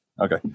Okay